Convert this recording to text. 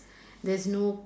there's no